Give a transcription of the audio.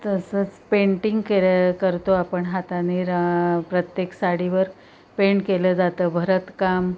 तसंच पेंटिंग केलं करतो आपण हाताने प्रत्येक साडीवर पेंट केलं जातं भरतकाम